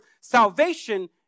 salvation